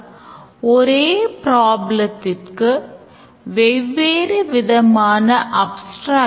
ஆனால் பின்னர் system out of cash என்ற messageஐ generate செய்து இந்த செயல்முறை முடிவுக்கு வருகிறது